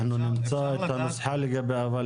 אנחנו נמצא את הנוסחה לגביה.